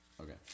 Okay